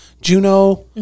Juno